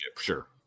sure